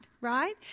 right